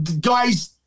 guys